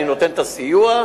אני נותן את הסיוע,